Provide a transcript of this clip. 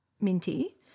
Minty